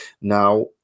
Now